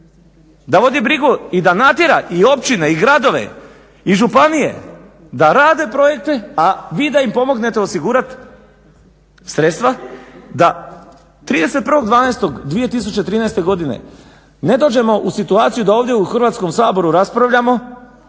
da vodi brigu i da natjera i općine i gradove i županije da rade projekte, a vi da im pomognete osigurat sredstva da 31.12.2013. ne dođemo u situaciju da ovdje u Hrvatskom saboru raspravljamo